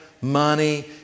money